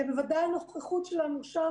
בוודאי הנוכחות שלנו שם,